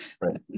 right